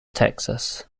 texas